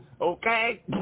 Okay